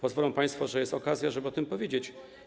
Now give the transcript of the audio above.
Pozwolą państwo, bo jest okazja, żeby o tym powiedzieć.